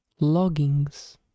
loggings